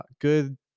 good